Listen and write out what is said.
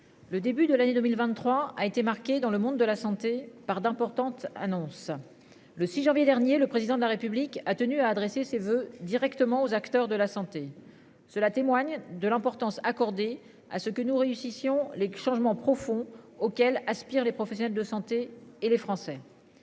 Le début de l'année 2023 a été marquée dans le monde de la santé par d'importantes annonces. Le 6 janvier dernier, le président de la République a tenu à adresser ses voeux directement aux acteurs de la santé. Cela témoigne de l'importance accordée à ce que nous réussissions les changements profonds auquel aspirent les professionnels de santé et les Français.